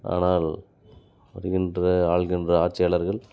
ஆனால் வருகின்ற ஆள்கின்ற ஆட்சியாளர்கள்